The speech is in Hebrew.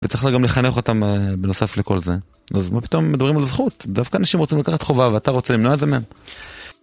וצריכה גם לחנך אותם בנוסף לכל זה. אז מה פתאום מדברים על זכות? דווקא אנשים רוצים לקחת חובה ואתה רוצה למנוע את זה מהם.